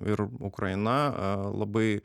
ir ukraina labai